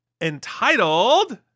entitled